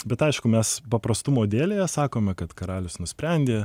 bet aišku mes paprastumo dėlei sakome kad karalius nusprendė